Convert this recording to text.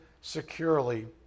securely